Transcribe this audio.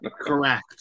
Correct